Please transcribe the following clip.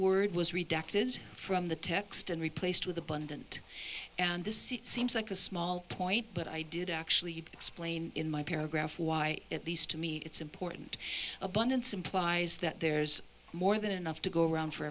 word was rejected from the text and replaced with abundant and this seems like a small point but i did actually explain in my paragraph why at least to me it's important abundance implies that there's more than enough to go around for